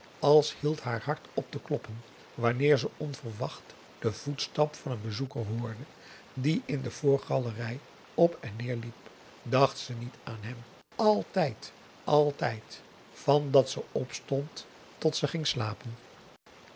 als hield haar hart op te kloppen wanneer ze onverwacht den voetstap van een bezoeker hoorde die in de voorgalerij op en neer liep dacht ze niet aan hem altijd altijd van dat ze opstond tot ze ging slapen